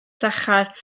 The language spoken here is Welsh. llachar